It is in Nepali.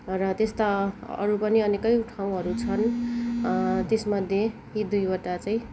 र त्यस्ता अरू पनि अनेकौँ ठाउँहरू छन् त्यसमध्ये ती दुईवटा चाहिँ